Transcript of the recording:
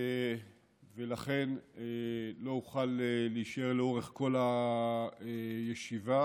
ולכן לא אוכל להישאר לאורך כל הישיבה.